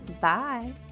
Bye